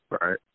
Right